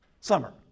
Summer